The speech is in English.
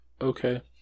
Okay